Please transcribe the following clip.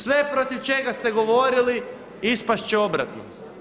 Sve protiv čega ste govorili ispast će obratno.